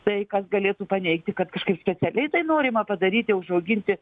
tai kas galėtų paneigti kad kažkaip specialiai tai norima padaryti užauginti